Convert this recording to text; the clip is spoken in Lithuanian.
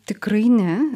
tikrai ne